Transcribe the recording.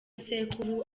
sekuru